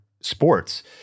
sports